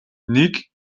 нэг